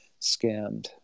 scammed